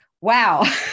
Wow